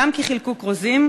גם כי חילקו כרוזים,